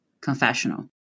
confessional